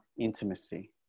intimacy